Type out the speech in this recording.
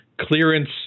Clearance